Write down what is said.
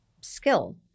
skill